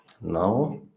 Now